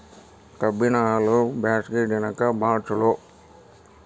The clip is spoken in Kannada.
ಕಬ್ಬಿನ ಹಾಲು ಬ್ಯಾಸ್ಗಿ ದಿನಕ ಬಾಳ ಚಲೋ